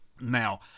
Now